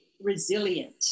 resilient